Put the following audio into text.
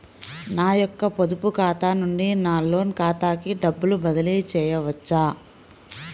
నా యొక్క పొదుపు ఖాతా నుండి నా లోన్ ఖాతాకి డబ్బులు బదిలీ చేయవచ్చా?